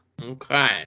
Okay